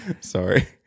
Sorry